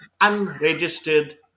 unregistered